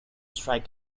strike